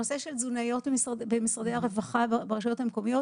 הנושא של תזונאיות במשרדי הרווחה ברשויות המקומיות,